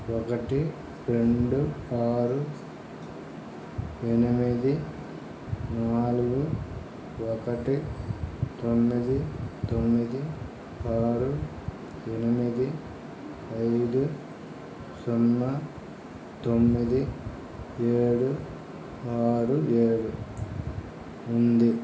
ఒకటి రెండు ఆరు ఎనిమిది నాలుగు ఒకటి తొమ్మిది తొమ్మిది ఆరు ఎనిమిది ఐదు సున్నా తొమ్మిది ఏడు ఆరు ఏడు ఉంది